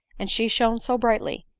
and she shone so brightly,